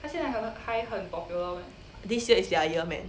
this year is their year man